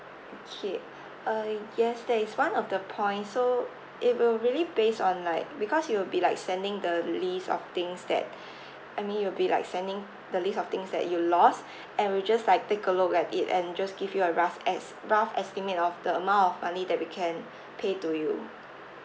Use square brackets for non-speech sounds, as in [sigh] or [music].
okay uh yes that is one of the points so it will really based on like because you will be like sending the list of things that [breath] I mean you'll be like sending the list of things that you lost and we just like take a look at it and just give you a rough es~ rough estimate of the amount of money that we can pay to you